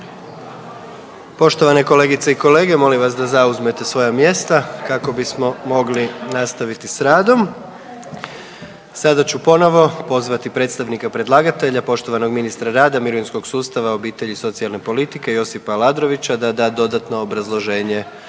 Poštovane kolegice i kolege molim vas da zauzmete svoja mjesta kako bismo mogli nastaviti s radom. Sada ću ponovo pozvati predstavnika predlagatelja poštovano ministra rada, mirovinskog sustava, obitelji i socijalne politike Josipa Aladrovića da da dodatno obrazloženje